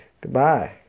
Goodbye